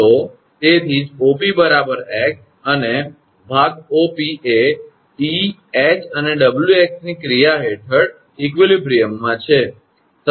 તો તેથી જ 𝑂𝑃 𝑥 અને ભાગ 𝑂𝑃 એ 𝑇 𝐻 અને 𝑊𝑥 ની ક્રિયા હેઠળ સંતુલન માં છે